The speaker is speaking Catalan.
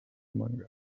manga